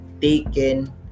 taken